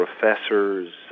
professors